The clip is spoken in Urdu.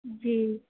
جی